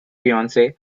fiancee